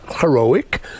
heroic